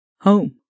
home